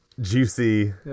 juicy